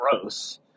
gross